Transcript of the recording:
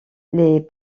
les